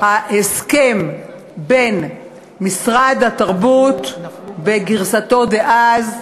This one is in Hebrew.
ההסכם בין משרד התרבות בגרסתו דאז